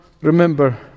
remember